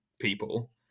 people